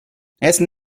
essen